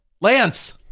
Lance